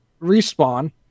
respawn